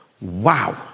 Wow